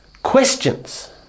Questions